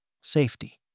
Safety